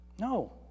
No